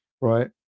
right